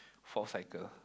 fourth cycle